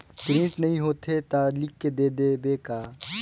Print नइ होथे ता लिख के दे देबे का?